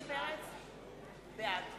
בעד